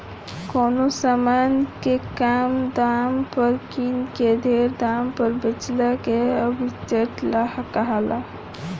कवनो समान के कम दाम पर किन के ढेर दाम पर बेचला के आर्ब्रिट्रेज कहाला